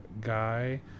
guy